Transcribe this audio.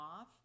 off